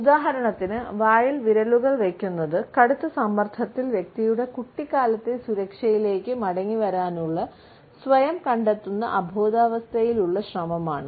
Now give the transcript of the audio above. ഉദാഹരണത്തിന് വായിൽ വിരലുകൾ വെക്കുന്നത് കടുത്ത സമ്മർദ്ദത്തിൽ വ്യക്തിയുടെ കുട്ടിക്കാലത്തെ സുരക്ഷയിലേക്ക് മടങ്ങിവരാനുള്ള സ്വയം കണ്ടെത്തുന്ന അബോധാവസ്ഥയിലുള്ള ശ്രമമാണ്